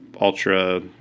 ultra